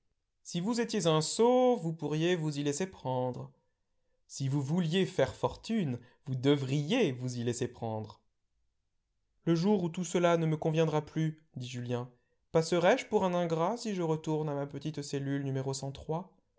si vous étiez un sot vous pourriez vous y laisser prendre si vous vouliez faire fortune vous devriez vous y laisser prendre le jour où tout cela ne me conviendra plus dit julien passerai je pour un ingrat si je retourne à ma petite cellule no